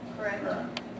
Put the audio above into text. correct